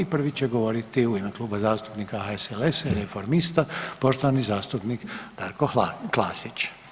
Prvi će govoriti u ime Kluba zastupnika HSLS-a i Reformista poštovani zastupnik Darko Klasić.